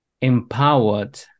empowered